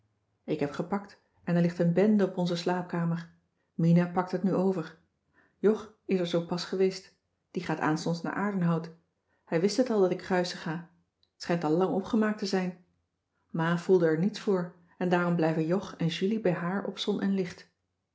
ik heb gepakt en er ligt een bende op onze slaapkamer mina pakt het nu over jog is er zoo pas geweest die gaat aanstonds naar aerdenhout hij wist het al dat ik kruisen ga t schijnt al lang opgemaakt te zijn ma voelde er niets voor en daarom blijven jog en julie bij haar op zon en licht